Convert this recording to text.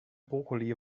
brokkoli